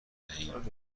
دهیم